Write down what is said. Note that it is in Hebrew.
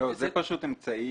זה אמצעי